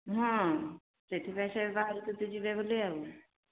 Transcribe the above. ହଁ ସେଥିପାଇଁ ସେ ବାହାରୁଛନ୍ତି ଯିବେ ବୋଲି ଆଉ